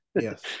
yes